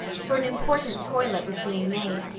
for an important toilet was being made.